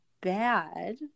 bad